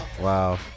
Wow